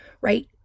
right